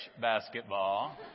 basketball